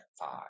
five